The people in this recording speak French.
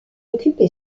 occupé